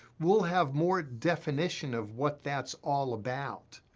we'll have more definition of what that's all about,